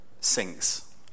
sinks